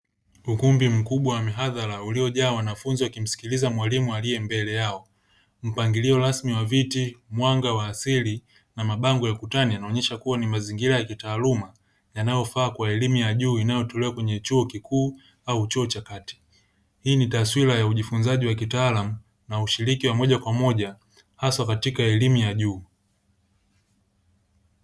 Ukumbi mkubwa wa mihadhara uliojaa wanafunzi wakimsikiliza mwalimu aliye mbele yao. Mpangilio rasmi wa viti, mwanga wa asili na mabango ya ukutani yanaonyesha kuwa ni mazingira ya kitaaluma yanayofaa kwa elimu ya juu inayotolewa kwenye chuo kikuu au chuo cha kati. Hii ni taswira ya ujifunzaji wa kitaalamu na ushiriki wa moja kwa moja hasa katika elimu ya juu.